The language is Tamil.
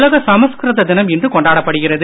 உலக சமஸ்கிருத தினம் இன்று கொண்டாடப்படுகிறது